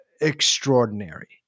extraordinary